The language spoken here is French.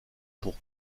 pour